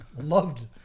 Loved